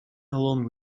along